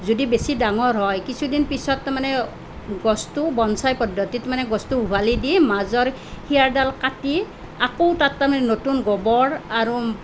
যদি বেছি ডাঙৰ হয় কিছুদিন পিছত তাৰমানে গছটো বনছাই পদ্ধতিত মানে গছটো উভালি দি মাজৰ শিৰাডাল কাটি আকৌ তাক তাৰমানে নতুন গোবৰ আৰু